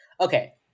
Okay